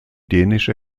dänische